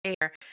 air